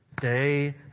day